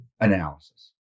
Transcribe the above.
analysis